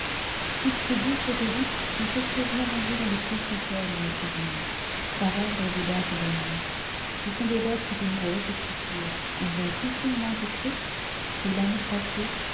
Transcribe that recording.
toutes ces douces reliques sont précieusement rangées dans le coffre-fort de mes souvenirs par ordre de date et d'amour ce sont des lettres d'une grosse écriture ou bien si finement écrites que l'amour passé